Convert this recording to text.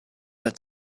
the